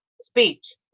speech